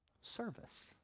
Service